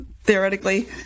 theoretically